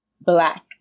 black